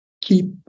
keep